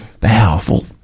powerful